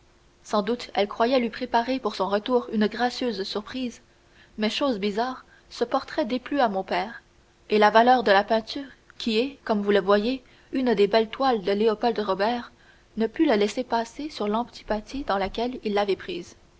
sans doute elle croyait lui préparer pour son retour une gracieuse surprise mais chose bizarre ce portrait déplut à mon père et la valeur de la peinture qui est comme vous le voyez une des belles toiles de léopold robert ne put le faire passer sur l'antipathie dans laquelle il l'avait prise